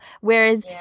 whereas